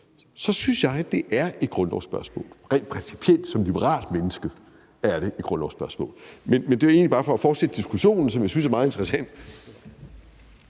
så synes jeg rent principielt som liberalt menneske, at det er et grundlovsspørgsmål. Det er egentlig bare for at fortsætte diskussionen, som jeg synes er meget interessant.